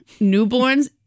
Newborns